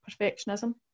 perfectionism